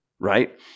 right